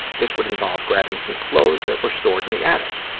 this would involve grabbing some clothes that were stored in the attic.